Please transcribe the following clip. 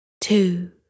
Two